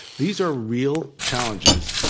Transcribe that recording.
these are real challenges,